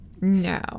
No